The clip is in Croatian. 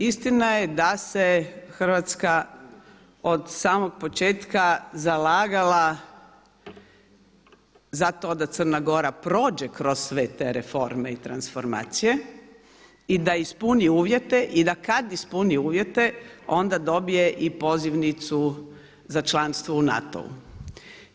Istina je da se Hrvatska od samog početka zalagala zato da Crna Gora prođe kroz sve te reforme i transformacije i da ispuni uvjete i da kada ispuni uvjete onda dobije i pozivnicu za članstvo u NATO-u.